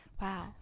wow